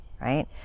Right